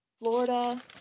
Florida